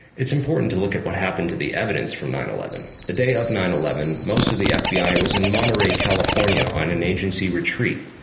it's important to look at what happened to the evidence from nine eleven, the day of nine eleven most of the fbi was in monterrey california on an agency retreat,